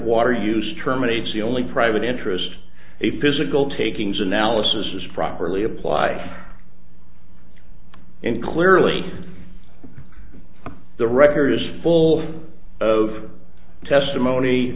water use terminates the only private interest a physical takings analysis is properly apply and clearly the record is full of testimony